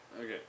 Okay